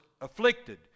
afflicted